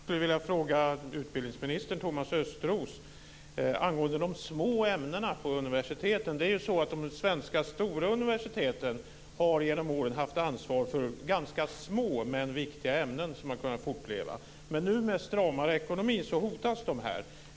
Fru talman! Jag skulle vilja fråga utbildningsminister Thomas Östros angående de små ämnena på universiteten. De stora svenska universiteten har genom åren haft ansvar för att ganska små men viktiga ämnen har kunnat fortleva, men med en stramare ekonomi hotas nu dessa ämnen.